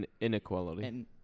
Inequality